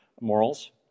morals